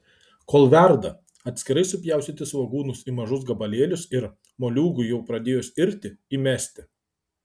kol verda atskirai supjaustyti svogūnus į mažus gabalėlius ir moliūgui jau pradėjus irti įmesti